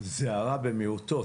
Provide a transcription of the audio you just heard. וזה הרע במיעוטו.